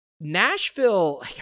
Nashville